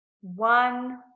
one